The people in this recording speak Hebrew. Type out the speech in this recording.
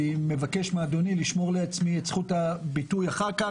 אני מבקש מאדוני לשמור לעצמי את זכות הביטוי אחר כך,